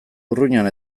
urruñan